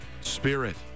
Spirit